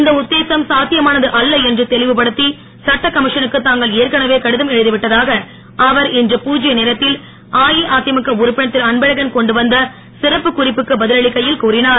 இந்த உத்தேசம் சாத்தியமானது அல்ல என்று தெளிவுபடுத்தி சட்டக் கமிஷனுக்கு தாங்கள் ஏற்கனவே கடிதம் எழுதிவிட்டதாக அவர் இன்று பூத்ய நேரத்தில் அஇஅதிமுக உறுப்பினர் திருஅன்கழகன் கொண்டுவந்த சிறப்புக் குறிப்புக்கு பதில் அளிக்கையில் கூறினர்